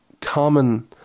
common